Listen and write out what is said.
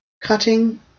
cutting